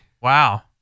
Wow